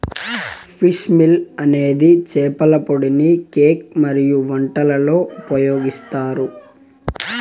fish meal అనేది చేపల పొడిని కేక్ మరియు వంటలలో ఉపయోగిస్తారు